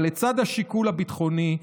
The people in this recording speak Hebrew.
אבל לצד השיקול הביטחוני,